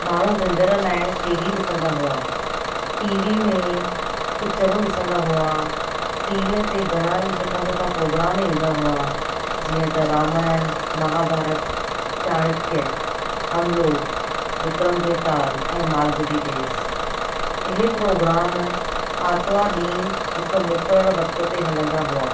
माण्हू विंदर लाइ टी वी ॾिसंदा हुआ टी वी में पिकिचरूं ॾिसंदा हुआ टीवीअ ते घणा ई सुठा सुठा प्रोग्राम ईंदा हुआ जीअं त रामायण महाभारत चाणक्य हमलोग विक्रम बेताल ऐं मालगुडी डेज़ इहे प्रोग्राम आर्तवार ॾींहुं हिकु मुकररु वक़्त ते हलंदा हुआ